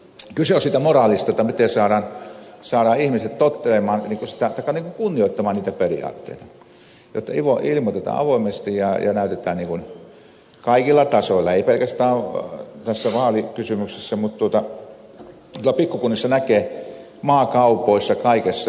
kyse on siitä moraalista miten saadaan ihmiset tottelemaan kunnioittamaan niitä periaatteita jotta ilmoitetaan avoimesti ja näytetään se kaikilla tasoilla ei pelkästään tässä vaalikysymyksessä vaan tuolla pikkukunnissa sitä näkee maakaupoissa kaikessa